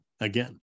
again